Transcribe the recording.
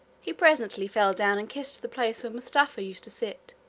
he presently fell down and kissed the place where mustapha used to sit,